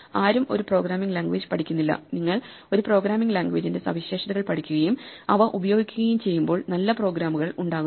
ആരും ഒരു programming language പഠിക്കുന്നില്ല നിങ്ങൾ ഒരു പ്രോഗ്രാമിംഗ് ലാംഗ്വേജിന്റെ സവിശേഷതകൾ പഠിക്കുകയും അവ ഉപയോഗിക്കുകയും ചെയ്യുമ്പോൾ നല്ല പ്രോഗ്രാമുകൾ ഉണ്ടാകുന്നു